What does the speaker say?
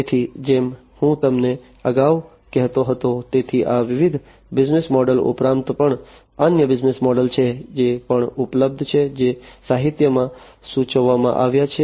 તેથી જેમ હું તમને અગાઉ કહેતો હતો તેથી આ વિવિધ બિઝનેસ મોડલ ઉપરાંત પણ અન્ય બિઝનેસ મોડલ છે જે પણ ઉપલબ્ધ છે જે સાહિત્યમાં સૂચવવામાં આવ્યા છે